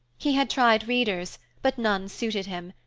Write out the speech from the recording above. he had tried readers, but none suited him,